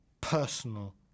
personal